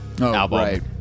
album